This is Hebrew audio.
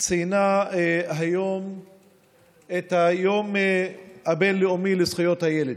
ציינה היום את היום הבין-לאומי לזכויות הילד.